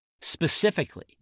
specifically